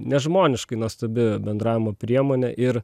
nežmoniškai nuostabi bendravimo priemonė ir